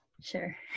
Sure